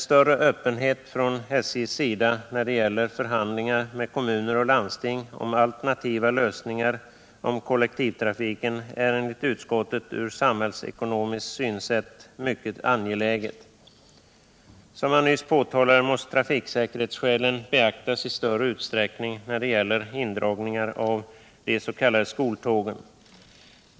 Större öppenhet från SJ:s sida när det gäller förhandlingar med kommuner och landsting om alternativa lösningar av kollektivtrafiken är en mycket angelägen sak enligt utskottet, ur samhällsekonomisk synpunkt sett. Som jag nyss sagt måste trafiksäkerhetsskälen beaktas i större utsträckning när det gäller indragningar av de s.k. skoltågen.